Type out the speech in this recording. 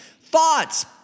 Thoughts